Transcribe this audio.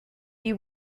you